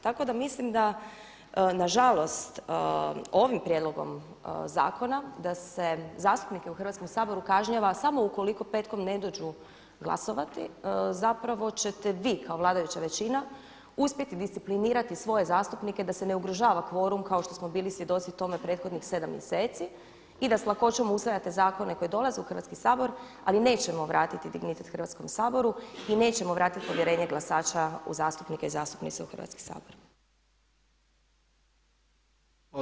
Tako da mislim da nažalost ovim prijedlogom zakona da se zastupnike u Hrvatskom saboru kažnjava samo ukoliko petkom ne dođu glasovati zapravo ćete vi kao vladajuća većina uspjeti disciplinirati svoje zastupnike da se ne ugrožava kvorum kao što smo bili svjedoci tome prethodnih sedam mjeseci i da sa lakoćom usvajate zakone koji dolaze u Hrvatski sabor, ali nećemo vratiti dignitet Hrvatskom saboru i nećemo vratiti povjerenje glasača u zastupnike i zastupnice u Hrvatski sabor.